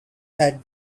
had